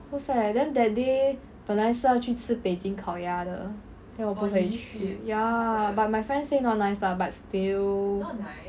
so sad leh then that day 本来是要去吃北京烤鸭的 then 我不可以去 ya but my friend say not nice lah but still